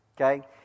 Okay